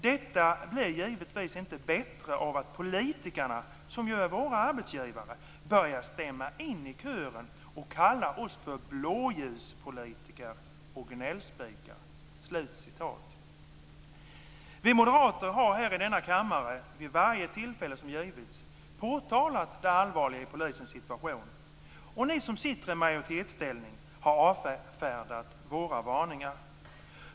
Det blir givetvis inte bättre av att politikerna, som ju är våra arbetsgivare, börjar stämma in i kören och kalla oss 'blåljuspoliser' och gnällspikar." Vi moderater har här i denna kammare vid varje tillfälle som givits, påtalat det allvarliga i polisens situation. Ni som sitter i majoritetsställning har avfärdat våra varningar.